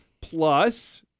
Plus